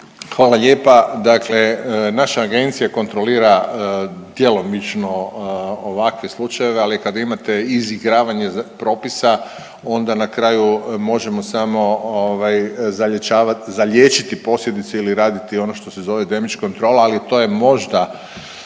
Hvala lijepa. Dakle, naša agencija kontrolira djelomično ovakve slučajeve, ali kada imate izigravanje propisa onda na kraju možemo samo ovaj zaliječiti posljedice ili radi ono što se zove …/Govornik se ne